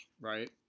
Right